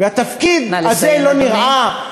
והתפקיד הזה לא נראה, נא לסיים, אדוני.